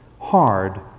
hard